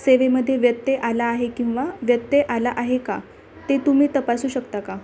सेवेमध्ये व्यत्यय आला आहे किंवा व्यत्यय आला आहे का ते तुम्ही तपासू शकता का